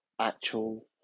actual